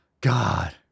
God